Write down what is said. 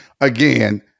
Again